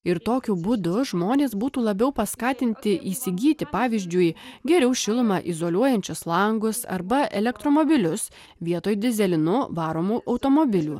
ir tokiu būdu žmonės būtų labiau paskatinti įsigyti pavyzdžiui geriau šilumą izoliuojančius langus arba elektromobilius vietoj dyzelinu varomų automobilių